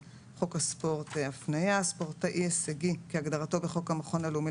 "חוק הספורט" הפנייה "ספורטאי הישגי" כהגדרתו בחוק המכון הלאומי